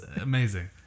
amazing